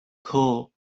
cool